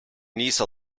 niece